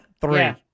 three